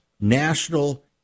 National